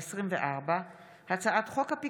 פ/2875/24 וכלה בהצעת חוק פ/2938/24: הצעת